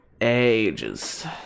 ages